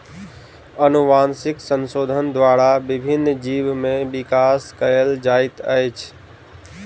अनुवांशिक संशोधन द्वारा विभिन्न जीव में विकास कयल जाइत अछि